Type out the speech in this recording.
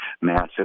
massive